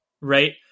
right